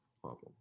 problem